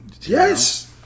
Yes